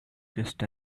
just